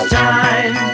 time